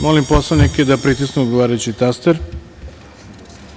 Molim poslanike da pritisnu odgovarajući taster.